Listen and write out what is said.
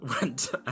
went